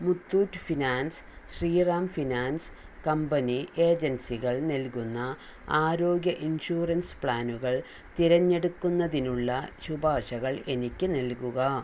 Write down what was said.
Muthoot finance Shriram finance company ഏജൻസികൾ നൽകുന്ന ആരോഗ്യ ഇൻഷുറൻസ് പ്ലാനുകൾ തിരഞ്ഞെടുക്കുന്നതിനുള്ള ശുപാർശകൾ എനിക്ക് നൽകുക